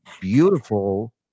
beautiful